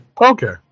okay